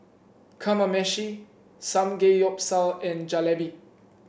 Kamameshi Samgeyopsal and Jalebi